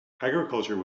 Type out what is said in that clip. agriculture